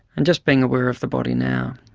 and just being aware of the body now.